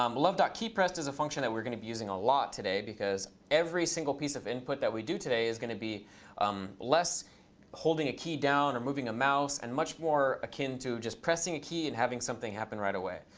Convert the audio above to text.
um love dot keypressed is a function that we're going to be using a lot today. because every single piece of input that we do today is going to be um less holding a key down or moving a mouse, and much more akin to just pressing key and having something happen right away.